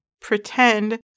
pretend